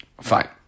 Fine